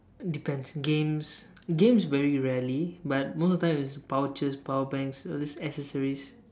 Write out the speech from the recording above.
depends games games very rarely but most of the time is pouches power banks all these accessories